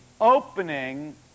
opening